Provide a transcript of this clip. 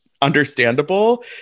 understandable